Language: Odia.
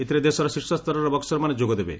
ଏଥିରେ ଦେଶର ଶୀର୍ଷସ୍ତରର ବକୁରମାନେ ଯୋଗଦେବେ